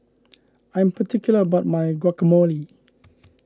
I am particular about my Guacamole